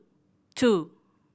two